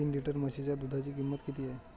तीन लिटर म्हशीच्या दुधाची किंमत किती आहे?